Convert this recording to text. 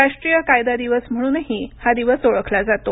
राष्ट्रीय कायदा दिवस म्हणूनही हा दिवस ओळखला जातो